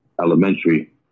elementary